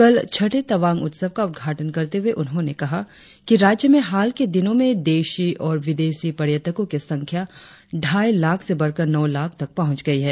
कल छठे तवांग उत्सव का उद्घाटन करते हुए उन्होंने कहा कि राज्य में हाल के दिनों में देशी और विदेशी पर्यटकों की संख्या ढाई लाख से बढ़कर नौ लाख तक पहुंच गई है